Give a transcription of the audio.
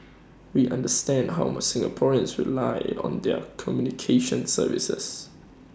we understand how much Singaporeans rely on their communications services